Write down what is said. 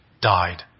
died